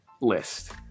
list